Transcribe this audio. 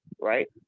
right